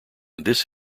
this